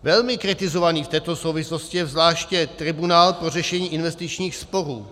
Velmi kritizovaný v této souvislosti je zvláště tribunál pro řešení investičních sporů.